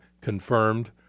confirmed